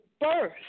birth